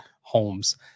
homes